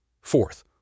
Fourth